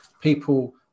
people